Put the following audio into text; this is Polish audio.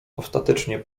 ostatecznie